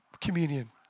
communion